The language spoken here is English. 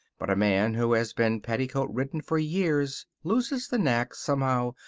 but a man who has been petticoat-ridden for years loses the knack, somehow,